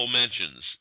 mentions